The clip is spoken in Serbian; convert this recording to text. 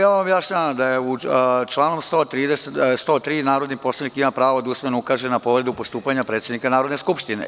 Ja vam objašnjavam da je članom 103. predviđeno da narodni poslanik ima pravo da usmeno ukaže na povredu postupanja predsednika Narodne skupštine.